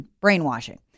brainwashing